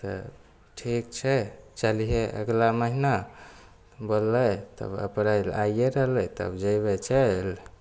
तऽ ठीक छै चलिहे अगला महिना बोललै तब अप्रैल आइये रहलै तब जेबै चैल